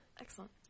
Excellent